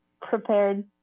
prepared